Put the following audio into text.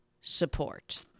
support